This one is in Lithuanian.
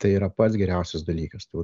tai yra pats geriausias dalykas tai vat